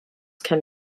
can